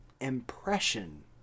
impression